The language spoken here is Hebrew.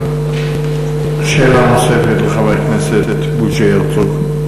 שאלה נוספת לחבר הכנסת בוז'י הרצוג.